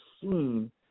seen